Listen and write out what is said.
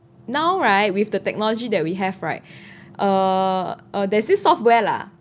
now right with the technology that we have right err uh there's this software lah